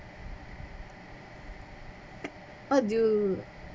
I do